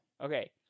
Okay